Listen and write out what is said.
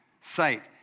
Sight